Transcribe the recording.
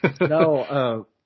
No